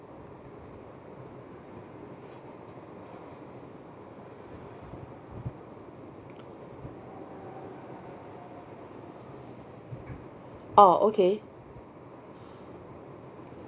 orh okay